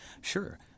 Sure